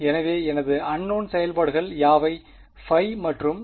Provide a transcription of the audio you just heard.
எனவே எனது அன்நோவ்ன் செயல்பாடுகள் யாவை ϕ மற்றும் ∇ϕ